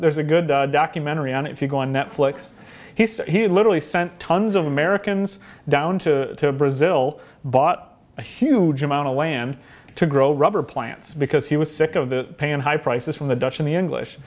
there's a good documentary on if you go on netflix he says he literally sent tons of americans down to brazil bought a huge amount of land to grow rubber plants because he was sick of the paying high prices from the dutch in the english